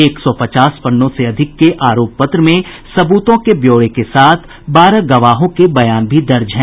एक सौ पचास पन्नों से अधिक के आरोप पत्र में सबूतों के ब्यौरे के साथ बारह गवाहों के बयान भी दर्ज हैं